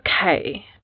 okay